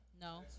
No